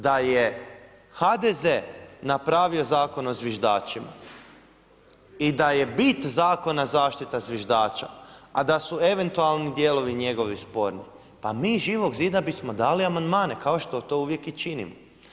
Da je HDZ napravio Zakon o zviždačima i da je bit zakona zaštita zviždača, a da su eventualni dijelovi njegovi sporni, pa mi iz Živog zida bismo dali amandmane, kao što to uvijek i činimo.